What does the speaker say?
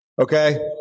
Okay